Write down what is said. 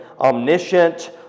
omniscient